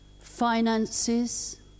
finances